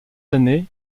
années